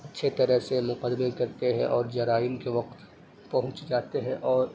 اچھے طرح سے مقدمے کرتے ہیں اور جرائم کے وقت پہنچ جاتے ہیں اور